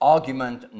Argument